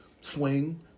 swing